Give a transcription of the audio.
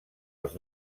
els